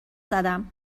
زدم